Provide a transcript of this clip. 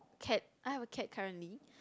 cat I have a cat currently